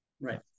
Right